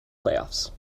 playoffs